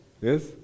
Yes